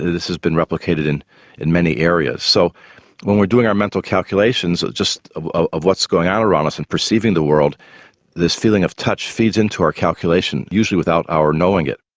this has been replicated in in many areas so when we're doing our mental calculations ah of of what's going on around us and perceiving the world this feeling of touch feeds into our calculation usually without our knowing it.